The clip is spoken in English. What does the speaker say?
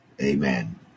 Amen